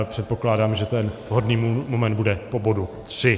Předpokládám, že ten vhodný moment bude po bodu 3.